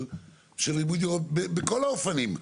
של ריבוי דירות בכל האופנים?